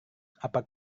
apa